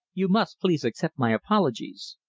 you must please accept my apologies.